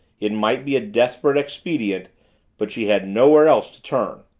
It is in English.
it might be a desperate expedient but she had nowhere else to turn!